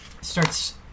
starts